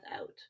out